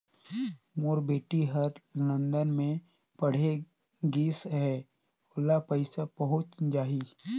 मोर बेटी हर लंदन मे पढ़े गिस हय, ओला पइसा पहुंच जाहि?